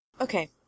Okay